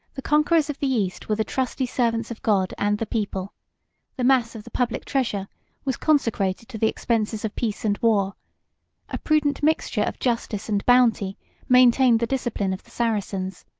the conquerors of the east were the trusty servants of god and the people the mass of the public treasure was consecrated to the expenses of peace and war a prudent mixture of justice and bounty maintained the discipline of the saracens,